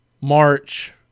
March